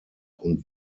und